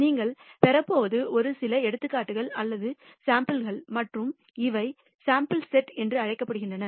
நீங்கள் பெறப்போவது ஒரு சில எடுத்துக்காட்டுகள் அல்லது சாம்பிள் கள் மற்றும் இவை சாம்பிள் செட் என்று அழைக்கப்படுகின்றன